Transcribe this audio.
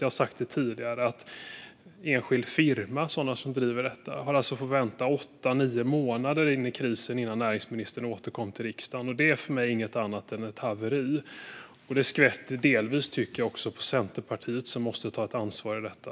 Jag har sagt det tidigare: Sådana som driver enskild firma har fått vänta åtta nio månader in i krisen innan näringsministern har återkommit till riksdagen. Detta är för mig inget annat än ett haveri, och det skvätter delvis, tycker jag, också över på Centerpartiet, som måste ta ett ansvar i detta.